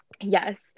Yes